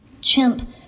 Chimp